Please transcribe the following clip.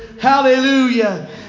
Hallelujah